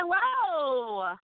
hello